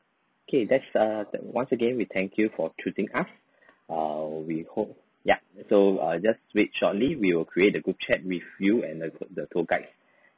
K that's a tha~ once again we thank you for choosing us uh we hope ya so ah just wait shortly we will create a group chat with you and uh the the tour guide